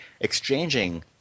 exchanging